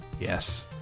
Yes